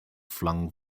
flung